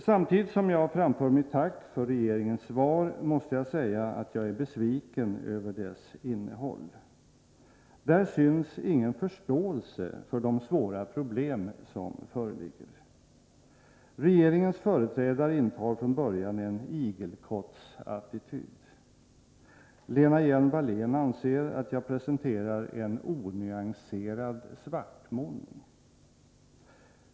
Samtidigt som jag framför mitt tack för regeringens svar måste jag säga att jag är besviken över dess innehåll. Där finns ingen förståelse för de svåra problem som föreligger. Regeringens företrädare intar från början en igelkottsattityd. Lena Hjelm-Wallén anser att jag presenterar ”en onyanserad svartmålning”.